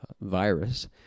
virus